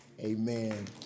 amen